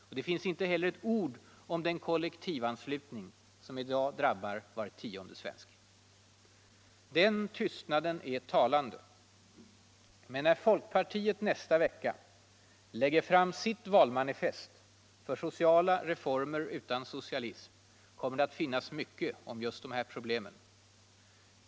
Där finns inte heller ett ord om den kollektivanslutning som i dag drabbar var tionde svensk. Den tystnaden är talande. Men när folkpartiet nästa vecka lägger fram sitt valmanifest för sociala reformer utan socialism kommer det att finnas mycket om just de här problemen.